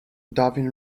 darwin